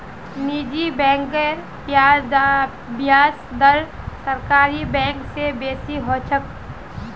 निजी बैंकेर ब्याज दर सरकारी बैंक स बेसी ह छेक